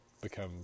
become